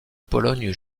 pologne